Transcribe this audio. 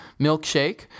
Milkshake